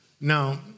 Now